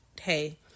hey